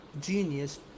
genius